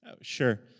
Sure